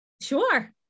Sure